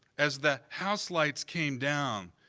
as the house lights came down,